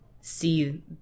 see